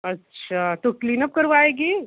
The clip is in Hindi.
अच्छा तो क्लीनअप करवाएगी